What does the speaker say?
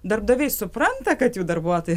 darbdaviai supranta kad jų darbuotojai